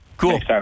Cool